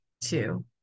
two